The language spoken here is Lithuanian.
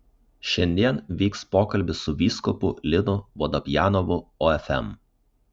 šiandien vyks pokalbis su vyskupu linu vodopjanovu ofm